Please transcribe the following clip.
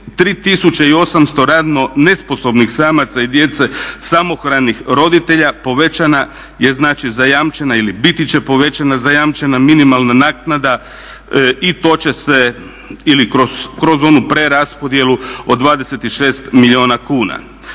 103800 radno nesposobnih samaca i djece samohranih roditelja povećana je znači zajamčena ili biti će povećana zajamčena minimalna naknada i to će se ili kroz onu preraspodjelu od 26 milijuna kuna.